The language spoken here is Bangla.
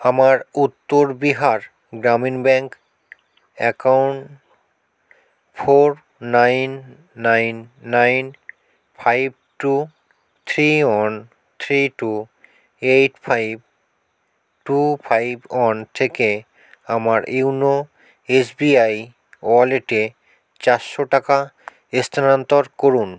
আমার Uttar Bihar Gramin bank account four nine nine nine five two three one three two eight five two five one থেকে আমার ইউনো এসবিআই ওয়ালেটে চারশো টাকা স্থানান্তর করুন